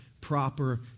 proper